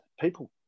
people